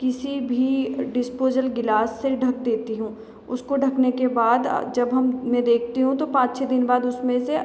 किसी भी disposal glass से ढँक देती हूँ उसको ढंकने के बाद जब हम मैं देखती हूँ तो पाँच छः दिन बाद उसमें से